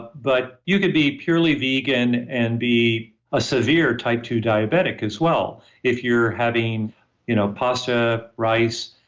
but, you could be purely vegan and be a severe type two diabetic as well, if you're having you know pasta, rice,